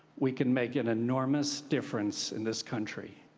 we can make an enormous difference in this country.